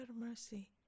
mercy